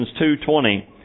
2.20